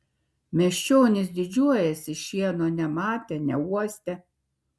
miesčionys didžiuojasi šieno nematę neuostę